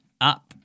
up